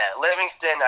Livingston